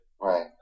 Right